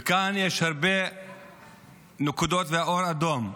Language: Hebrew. וכאן יש הרבה נקודות ואור אדום,